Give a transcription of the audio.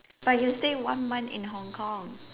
but you stay one month in Hong-Kong